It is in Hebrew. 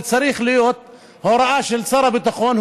וצריכה להיות הוראה של שר הביטחון,